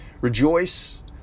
Rejoice